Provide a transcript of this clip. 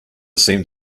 seemed